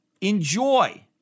enjoy